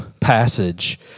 passage